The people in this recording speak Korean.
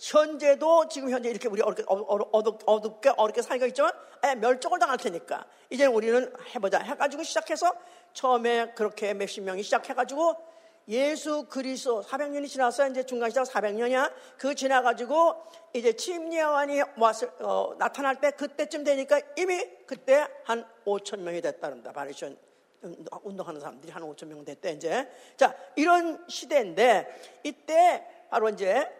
현재도 지금 현재 이렇게 우리 어둡게, 어둡게, 어둡게, 어둡게 살고 있지만 아예 멸종을 당할 테니까. 이제 우리는 해보자 해가지고 시작해서 처음에 그렇게 몇십 명이 시작해가지고 예수 그리스도 400년이 지나서 이제 중간 시작 400년이야. 그 지나가지고 이제 침례 요한이 왔을- 어, 나타날 때 그때쯤 되니까 이미 그때 한 5천 명이 됐다 그럽니다. 바리새인 운동하는 사람들이 한 5천 명 됐대, 이제. 자, 이런 시대인데 이때 바로 이제